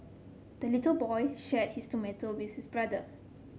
the little boy shared his tomato with his brother